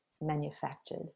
manufactured